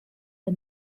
der